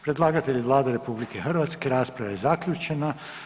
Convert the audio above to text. Predlagatelj je Vlada RH, rasprava je zaključena.